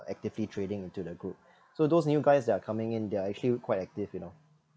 actively trading into the group so those new guys that are coming in they are actually quite active you know